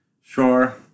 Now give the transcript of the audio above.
Sure